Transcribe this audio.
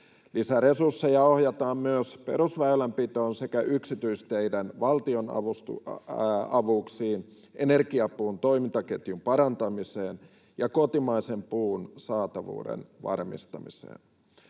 Lisäresursseja ohjataan myös perusväylänpitoon sekä yksityisteiden valtionavustuksiin, energiapuun toimintaketjun parantamiseen ja kotimaisen puun saatavuuden varmistamiseen.